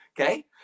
Okay